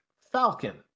Falcon